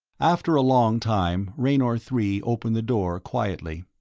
after a long time raynor three opened the door quietly.